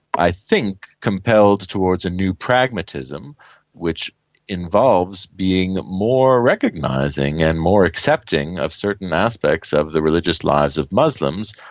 i think compelled towards a new pragmatism pragmatism which involves being more recognising and more accepting of certain aspects of the religious lives of muslims,